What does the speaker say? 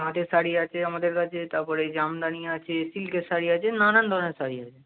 তাঁতের শাড়ি আছে আমাদের কাছে তারপরে জামদানি আছে সিল্কের শাড়ি আছে নানান ধরনের শাড়ি আছে